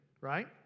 right